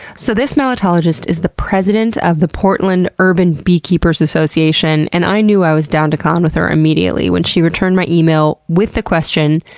so, this melittologist is the president of the portland urban beekeepers association, and i knew i was down to con with her immediately when she returned my email with the question,